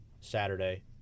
Saturday